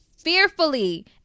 fearfully